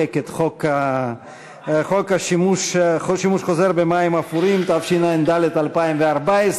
את חוק שימוש חוזר במים אפורים התשע"ד 2014,